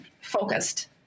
focused